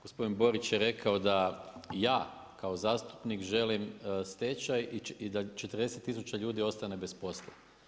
Gospodin Borić je rekao da ja kao zastupnik želim stečaj i da 40 tisuća ljudi ostane bez posla.